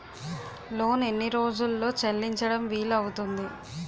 Loan ఎన్ని రోజుల్లో చెల్లించడం వీలు అవుతుంది?